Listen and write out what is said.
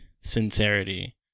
sincerity